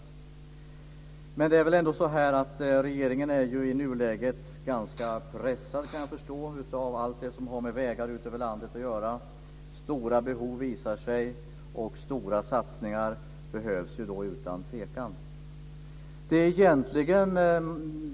Regeringen är i nuläget såvitt jag förstår ganska pressad av allt det som har med vägar ut över landet att göra. Det har visat sig finnas stora behov, och det behövs utan tvekan stora satsningar.